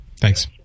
Thanks